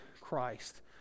Christ